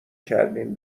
کردین